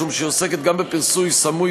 משום שהיא עוסקת גם בפרסום סמוי